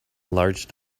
large